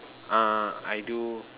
uh I do